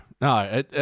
no